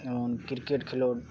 ᱡᱮᱢᱚᱱ ᱠᱤᱨᱠᱮᱴ ᱠᱷᱮᱞᱳᱰ